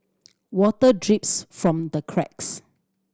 water drips from the cracks